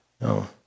no